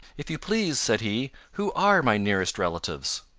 if you please, said he, who are my nearest relatives?